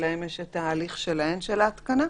שלהן יש ההליך שלהן של ההתקנה.